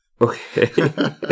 Okay